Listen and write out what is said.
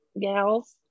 gals